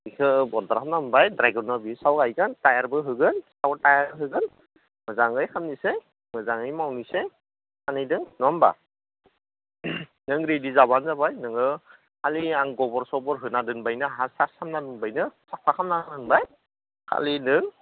बेखौ अरदार खामना दोनबाय बि सायावनो गायगोन टायारबो होगोन सायाव टायार होगोन मोजाङै खामनोसै मोजाङै मावनोसै सानैदों नङा होम्बा नों रेदि जाबानो जाबाय नोङो खालि आं गबर सबर होना दोनबायना हा सा हना दोनबायनो खालि नों